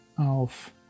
auf